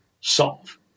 solve